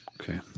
Okay